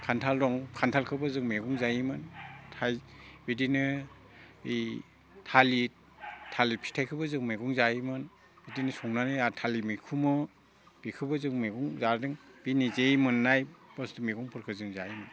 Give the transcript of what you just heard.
खान्थाल दं खानथालखौबो जों मैगं जायोमोन बिदिनो बै थालिर थालिर फिथाइखौबो जों मैगं जायोमोन बिदिनो संनानै आर थालिर मैखुनाव बेखौबो जों मैगं जादों बे निजेयै मोननाय बुस्थु मैगंफोरखौ जों जायोमोन